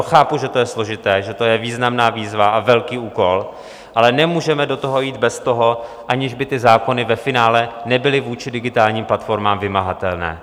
Chápu, že to je složité, že to je významná výzva a velký úkol, ale nemůžeme do toho jít bez toho, aniž by ty zákony ve finále nebyly vůči digitálním platformám vymahatelné.